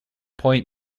point